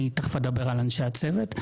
אני תיכף אדבר על אנשי הצוות.